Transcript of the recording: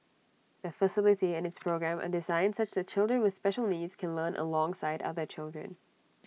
the facility and its programme are designed such that children with special needs can learn alongside other children